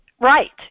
Right